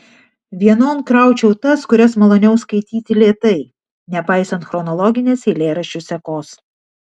vienon kraučiau tas kurias maloniau skaityti lėtai nepaisant chronologinės eilėraščių sekos